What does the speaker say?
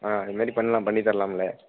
ஆ இது மாரி பண்ணலாம் பண்ணித் தரலாமில